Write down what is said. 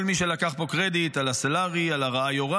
כל מי שלקח פה קרדיט על הסלארי, על הרואה-יורה.